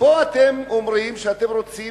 ופה אתם אומרים שאתם רוצים